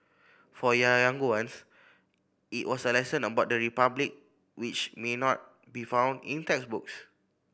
for younger ones it was a lesson about the Republic which may not be found in textbooks